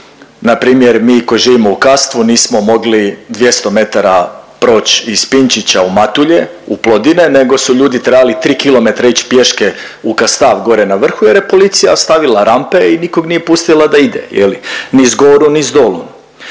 npr. mi koji živimo u Kastvu nismo mogli 200 metara proć iz Pinčića u Matulje u Plodine nego su ljudi trebali 3 km ići pješke u Kastav gore na vrhu jer je policija stavila rampe i nikog nije pustila da ide je li, niz goru, niz dolu,